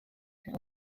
and